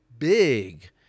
big